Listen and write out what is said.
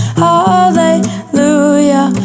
hallelujah